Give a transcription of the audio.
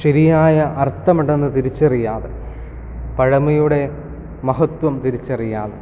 ശരിയായ അർത്ഥം ഉണ്ടെന്ന് തിരിച്ചറിയാതെ പഴമയുടെ മഹത്വം തിരിച്ചറിയാതെ